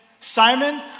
Simon